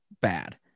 bad